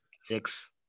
six